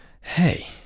Hey